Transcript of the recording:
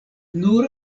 nur